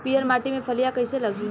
पीयर माटी में फलियां कइसे लागी?